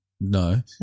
No